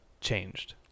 changed